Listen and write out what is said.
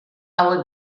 hauek